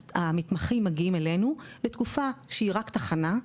אז המתמחים מגיעים אלינו לתקופה שהיא רק תחנה,